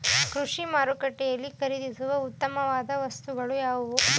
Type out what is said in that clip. ಕೃಷಿ ಮಾರುಕಟ್ಟೆಯಲ್ಲಿ ಖರೀದಿಸುವ ಉತ್ತಮವಾದ ವಸ್ತುಗಳು ಯಾವುವು?